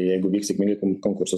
jeigu vyks sėkmingai kon konkursas